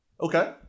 Okay